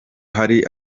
hari